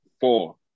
Four